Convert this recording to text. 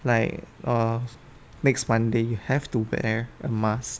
like uh next monday you have to wear a mask